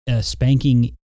spanking